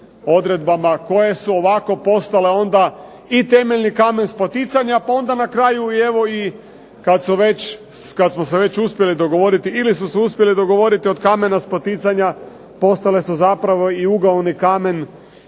odredbama koje su ovako postale onda i temeljni kamen spoticanja pa onda na kraju evo i kad smo se već uspjeli dogovoriti ili su se uspjeli dogovoriti od kamena spoticanja postale su zapravo i ugaoni kamen